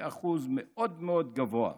זה אחוז מאוד מאוד גבוה.